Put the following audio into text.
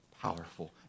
powerful